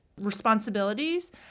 responsibilities